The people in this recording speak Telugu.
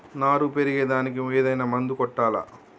నారు పెరిగే దానికి ఏదైనా మందు కొట్టాలా?